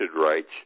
rights